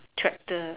chapter